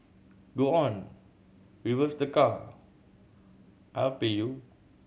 go on reverse the car I'll pay you